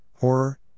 Horror